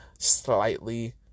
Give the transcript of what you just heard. slightly